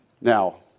Now